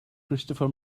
christopher